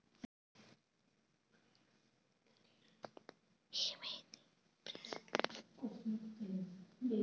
Utility బిల్లులు మరియు చెల్లింపులు చేయడానికి వేరే పద్ధతులు ఏమైనా ఉన్నాయా?